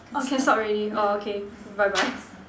okay stop already orh okay bye bye